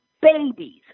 babies